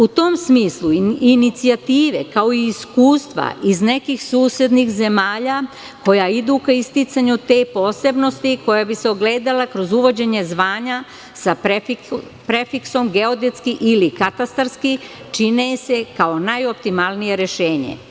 U tom smislu inicijative, kao iskustva iz nekih susednih zemalja koja idu ka isticanju te posebnosti, koja bi se ogledala kroz uvođenje zvanja, sa prefiksom geodetski ili katastarski, čine se kao najoptimalnije rešenje.